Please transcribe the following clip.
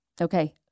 okay